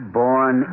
born